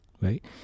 right